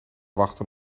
wachten